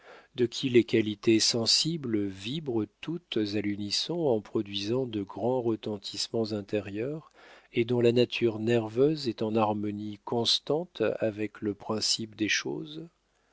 de qui les qualités sensibles vibrent toutes à l'unisson en produisant de grands retentissements intérieurs et dont la nature nerveuse est en harmonie constante avec le principe des choses